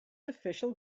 official